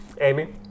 Amy